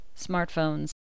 smartphones